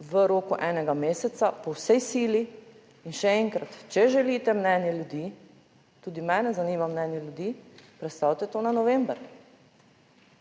v roku enega meseca po vsej sili. In še enkrat, če želite mnenje ljudi, tudi mene zanima mnenje ljudi, prestavite to na november,